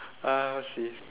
uh she